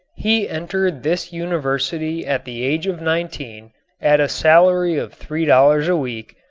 he entered this university at the age of nineteen at a salary of three dollars a week,